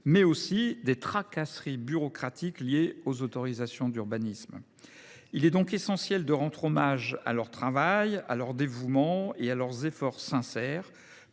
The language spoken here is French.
maires, et des tracasseries bureaucratiques liées aux autorisations d’urbanisme. Il est donc crucial de rendre hommage à leur travail, à leur dévouement et à leurs efforts sincères